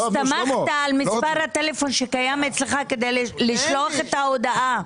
הסתמכת על מספר הטלפון שקיים אצלך כדי לשלוח את ההודעה.